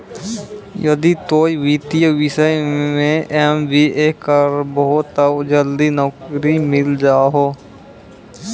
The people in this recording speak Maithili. यदि तोय वित्तीय विषय मे एम.बी.ए करभो तब जल्दी नैकरी मिल जाहो